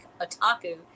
Otaku